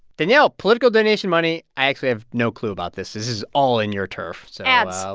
danielle, political donation money i actually have no clue about this. this is all in your turf, so. ads. so